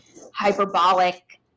hyperbolic